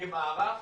כמערך